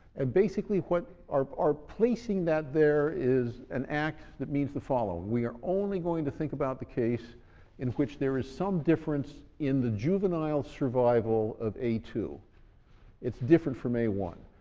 and basically what our our placing that there is an act that means the following. we are only going to think about the case in which there is some difference in the juvenile survival of a two it's different from a one.